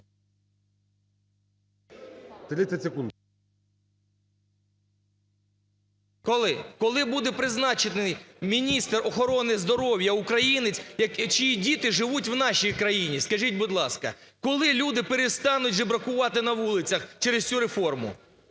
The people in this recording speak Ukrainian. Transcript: Коли буде призначений міністр охорони здоров'я українець, чиї діти живуть в нашій країні – скажіть, будь ласка! Коли люди перестануть жебракувати на вулицях через цю реформу?